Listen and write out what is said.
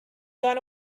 gone